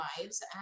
lives